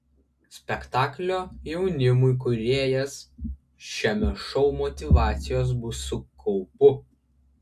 spektaklio jaunimui kūrėjas šiame šou motyvacijos bus su kaupu